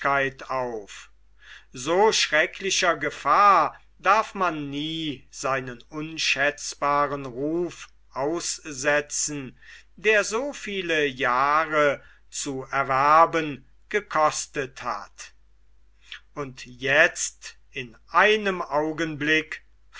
auf so schrecklicher gefahr darf man nie seinen unschätzbaren ruf aussetzen der so viele jahre zu erwerben gekostet hat und jetzt in einem augenblick